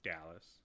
Dallas